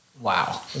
Wow